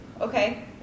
okay